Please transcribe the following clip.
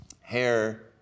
Hair